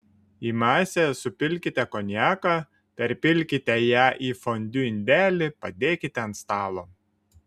į masę supilkite konjaką perpilkite ją į fondiu indelį padėkite ant stalo